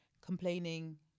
complaining